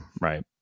right